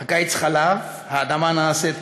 // הקיץ חלף, / האדמה נעשית קרה,